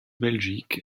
belgique